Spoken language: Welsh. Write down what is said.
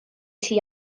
chdi